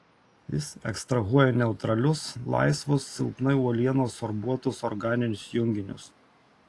jis ekstrahuoja neutralius laisvus silpnai uolienos sorbuotus organinius junginius